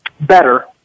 better